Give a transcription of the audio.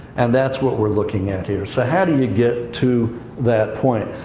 and that's what we're looking at here. so how do you get to that point?